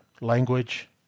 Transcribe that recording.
language